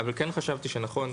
אבל כן חשבתי שנכון,